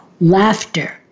laughter